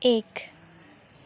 एक